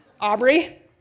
Aubrey